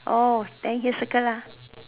orh then you circle lah